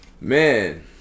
Man